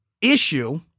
issue